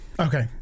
okay